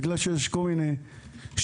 בגלל שיש כל מיני שועלים,